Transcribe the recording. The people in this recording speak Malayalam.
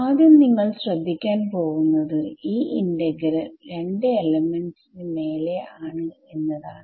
ആദ്യം നിങ്ങൾ ശ്രദ്ധിക്കാൻ പോവുന്നത് ഈ ഇന്റഗ്രൽ 2 എലമെന്റ്സ് മേലെ ആണ് എന്നതാണ്